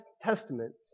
Testament